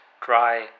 dry